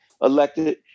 elected